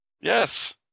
Yes